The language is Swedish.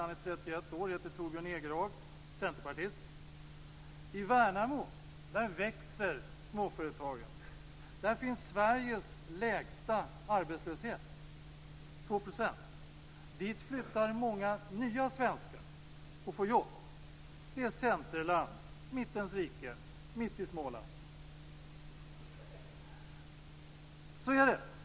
Han är 31 år, heter Torbjörn Egerhag och är centerpartist. I Värnamo, där växer småföretagen. Där finns Sveriges lägsta arbetslöshet, 2 %. Dit flyttar många nya svenskar och får jobb. Det är centerland, mittens rike mitt i Småland.